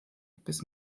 bis